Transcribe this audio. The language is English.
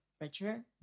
Richard